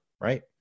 right